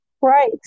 right